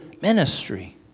ministry